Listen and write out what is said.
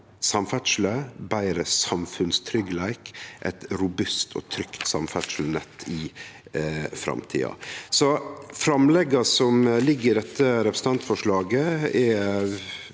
samferdsel, betre samfunnstryggleik og eit robust og trygt samferdselsnett i framtida. Framlegga som ligg i dette representantforslaget, er